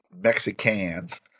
Mexicans